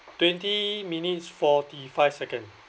twenty minutes forty five second